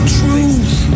truth